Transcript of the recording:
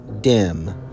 dim